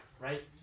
right